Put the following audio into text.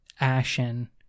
Ashen